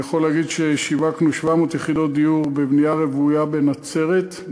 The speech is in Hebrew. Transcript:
אני יכול להגיד ששיווקנו 700 יחידות דיור בבנייה רוויה בנצרת,